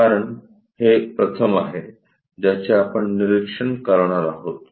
कारण हे प्रथम आहे ज्याचे आपण निरीक्षण करणार आहोत